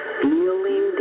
feeling